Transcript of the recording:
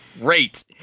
great